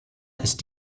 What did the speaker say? ist